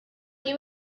you